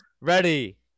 Ready